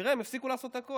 תראה, הם הפסיקו לעשות הכול.